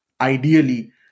ideally